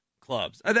clubs